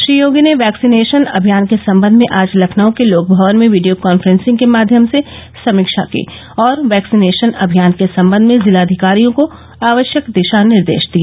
श्री योगी ने वैक्सीनेशन अभियान के सम्बन्ध में आज लखनऊ के लोक भवन में वीडियो कॉन्फ्रेंसिंग के माध्यम से समीक्षा की और वैक्सीनेशन अभियान के सम्बन्ध में जिला अधिकारियों को आवश्यक दिशा निर्देश दिए